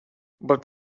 but